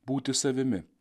būti savimi